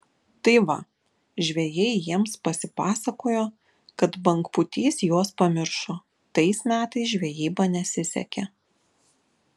tai va žvejai jiems pasipasakojo kad bangpūtys juos pamiršo tais metais žvejyba nesisekė